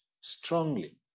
strongly